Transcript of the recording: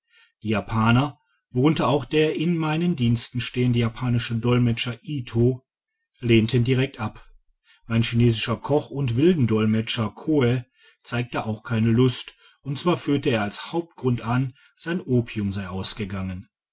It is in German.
die japaner worunter auch der in meinen diensten stehende japanische dolmetscher ito lehnten direkt ab mein chinesischer koch und wildendolmetscher koh zeigte auch keine lust und zwar führte er als hauptgrund an sein opium sei ausgegangen